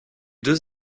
deux